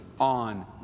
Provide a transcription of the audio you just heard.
on